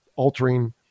altering